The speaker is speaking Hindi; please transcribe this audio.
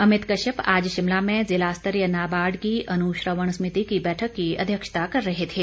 अमित कश्यप आज शिमला में जिला स्तरीय नाबार्ड की अनुश्रवण समिति की बैठक की अध्यक्षता कर रहे थे